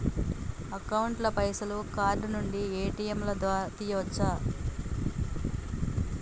Account ల పైసల్ card నుండి ఏ.టి.ఎమ్ లా తియ్యచ్చా?